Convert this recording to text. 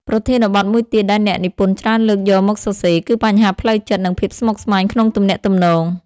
ប្រធានបទមួយទៀតដែលអ្នកនិពន្ធច្រើនលើកយកមកសរសេរ គឺបញ្ហាផ្លូវចិត្ត និងភាពស្មុគស្មាញក្នុងទំនាក់ទំនង។